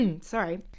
sorry